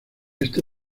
este